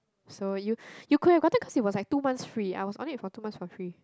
so you you could have gotten cause it was like two months free I was only it for two months for free